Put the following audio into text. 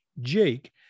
Jake